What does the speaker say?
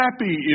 happy